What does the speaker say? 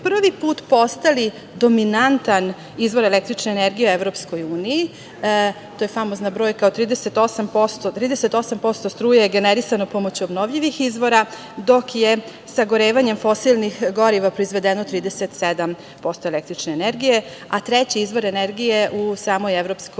prvi put postali dominantan izvor električne energije EU, to je famozna brojka od 38% struje generisano pomoću obnovljivih izvora, dok je sagorevanjem fosilnih goriva proizvedeno 37% električne energije, a treći izvor energije je u samoj EU